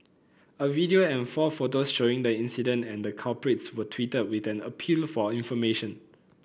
a video and four photos showing the incident and the culprits were tweeted with an appeal for information